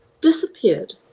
disappeared